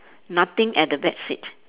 nothing at the back seat